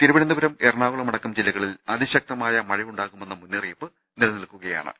തിരുവനന്തപുരം എറണാകുളം അടക്കം ജില്ല കളിൽ അതിശക്തമായ മഴയുണ്ടാകുമെന്ന മുന്നറിയിപ്പ് നിലനിൽക്കുകയാ ണ്